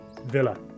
Villa